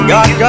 God